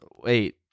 wait